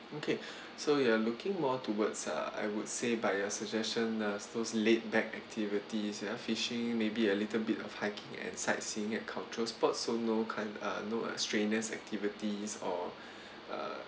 okay so you're looking more towards uh I would say by your suggestion uh those laid back activities ah fishing maybe a little bit of hiking and sightseeing and cultural sports so no kind uh no extremeness activities uh